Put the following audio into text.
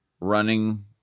running